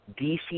DC